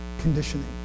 conditioning